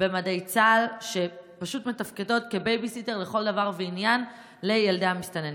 במדי צה"ל שפשוט מתפקדות כבייביסיטר לכל דבר ועניין לילדי המסתננים.